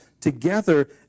together